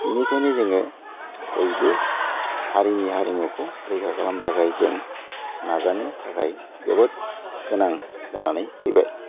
बेनिखायनो जोङो बयबो हारिनि हारिमुखौ रैखा खालामनो थाखाय जों नाजानो थाखाय जोबोद गोनां जानानै फैबाय